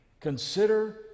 Consider